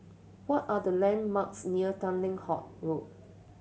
what are the landmarks near Tanglin Halt Road